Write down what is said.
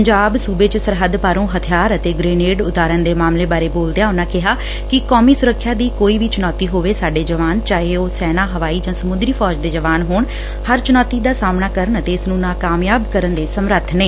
ਪੰਜਾਬ ਸੁਬੇ ਚ ਸਰਹੱਦ ਪਾਰੋ ਹਬਿਆਰ ਅਤੇ ਗੇਨੇਡ ਉਤਾਰਨ ਦੇ ਮਾਮਲੇ ਬਾਰੇ ਬੋਲਦਿਆਂ ਉਨੁਾਂ ਕਿਹਾ ਕਿ ਕੋਮੀ ਸੁਰੱਖਿਆ ਦੀ ਕੋਈ ਵੀ ਚੁਣੌਤੀ ਹੋਵੇ ਸਾਡੇ ਜਵਾਨ ਚਾਹੇ ਉਹ ਸੈਨਾ ਹਵਾਈ ਸਮੁੰਦਰੀ ਫੋਜ ਦੇ ਜਵਾਨ ਹੋਣ ਹਰ ਚੁਣੌਤੀ ਦਾ ਸਾਹਮਣਾ ਕਰਨ ਅਤੇ ਇਸ ਨੂੰ ਨਾ ਕਾਮਯਾਬ ਕਰਨ ਦੇ ਸਮਰੱਥ ਨੇ